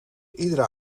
iedere